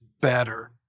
better